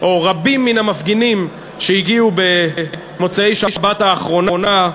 ורבים מהמפגינים שהגיעו במוצאי השבת האחרונה,